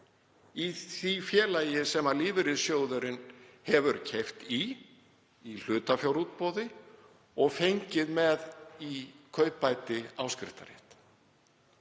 í því félagi sem lífeyrissjóðurinn hefur keypt í í hlutafjárútboði og fengið með í kaupbæti áskriftarrétt,